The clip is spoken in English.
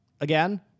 again